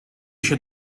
się